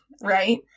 right